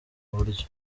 buryo